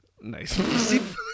Nice